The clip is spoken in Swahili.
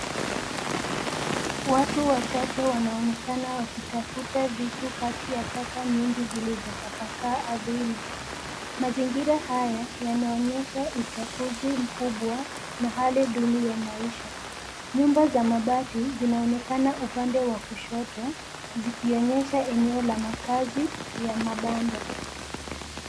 Watu wachache wanaonekana wakitafuta vitu kati ya taka nyingi zilizotapakaa ardhini, mazingira haya, yanaonyesha uchafuzi mkubwa, na hali duni ya maisha, nyumba za mabati, zinaonekana upande wa kushoto, zikionyesha eneo la makaazi, ya mabanda.